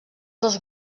dos